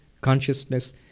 consciousness